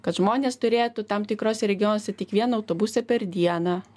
kad žmonės turėtų tam tikruose regionuose tik vieną autobusą per dieną